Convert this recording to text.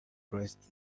dressed